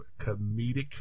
comedic